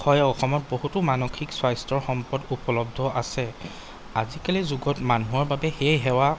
হয় অসমত বহুতো মানসিক স্বাস্থ্যৰ সম্পদ উপলব্ধ আছে আজিকালিৰ যুগত মানুহৰ বাবে সেই সেৱা